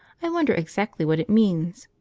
i wonder exactly what it means!